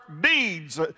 deeds